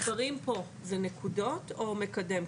המספרים פה זה נקודות או מקדם?